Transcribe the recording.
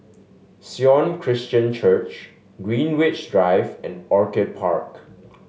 Sion Christian Church Greenwich Drive and Orchid Park